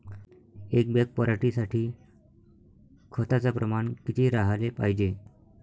एक बॅग पराटी साठी खताचं प्रमान किती राहाले पायजे?